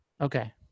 Okay